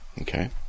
Okay